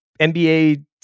NBA